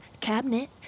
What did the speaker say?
cabinet